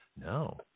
No